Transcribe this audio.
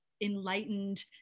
enlightened